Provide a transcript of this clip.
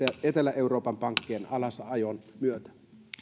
etelä euroopan pankkien alasajon myötä